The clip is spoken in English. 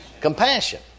Compassion